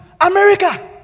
America